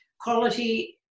quality